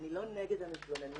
אני לא נגד המתלוננות.